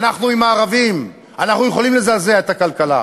אנחנו עם הערבים, אנחנו יכולים לזעזע את הכלכלה.